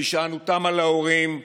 בהישענותם על ההורים,